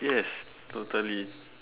yes totally